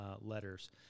letters